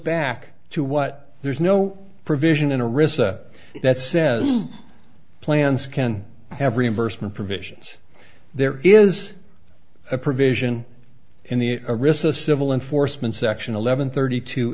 back to what there's no provision in a recess that says plans can have reimbursement provisions there is a provision in the arista civil enforcement section eleven thirty two